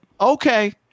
okay